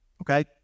Okay